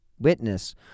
witness